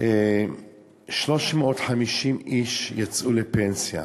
350 איש יצאו לפנסיה.